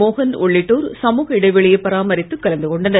மோகன் உள்ளிட்டோர் சமூக இடைவெளியை பராமரித்துக் கலந்து கொண்டனர்